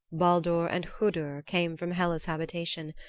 baldur and hodur came from hela's habitation,